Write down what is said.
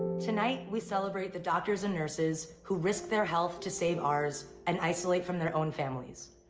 tonight, we celebrate the doctors and nurses who risk their health to save ours and isolate from their own families.